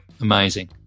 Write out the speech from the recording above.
amazing